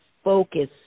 focus